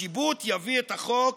השיבוט יביא את החוק